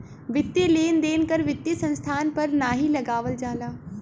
वित्तीय लेन देन कर वित्तीय संस्थान पर नाहीं लगावल जाला